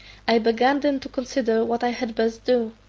i began then to consider what i had best do.